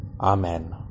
Amen